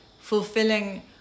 fulfilling